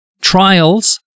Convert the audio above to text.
trials